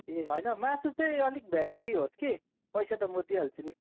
ए होइन मासु चाहिँ अलिक भेराइटी होस कि पैसा त म दिइहाल्छु नि